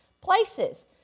places